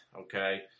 Okay